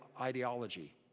ideology